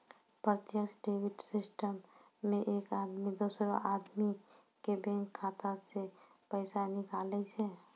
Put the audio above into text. प्रत्यक्ष debit system मे एक आदमी दोसरो आदमी के बैंक खाता से पैसा निकाले छै